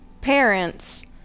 parents